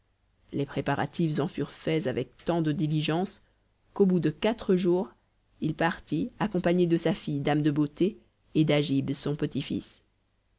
les préparatifs en furent faits avec tant de diligence qu'au bout de quatre jours il partit accompagné de sa fille dame de beauté et d'agib son petit-fils